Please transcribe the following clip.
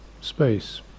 space